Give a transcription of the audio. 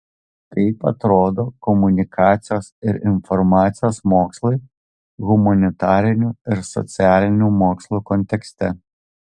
kaip atrodo komunikacijos ir informacijos mokslai humanitarinių ir socialinių mokslų kontekste